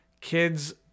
kids